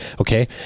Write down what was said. okay